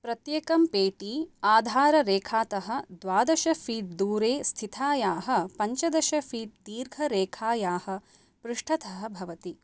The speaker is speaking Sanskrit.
प्रत्येकं पेटी आधाररेखातः द्वादश फ़ीट् दूरे स्थितायाः पञ्च दश फ़ीट् दीर्घरेखायाः पृष्ठतः भवति